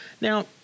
Now